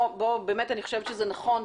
באמת אני חושבת שזה נכון,